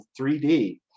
3D